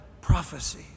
prophecy